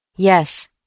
Yes